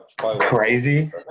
crazy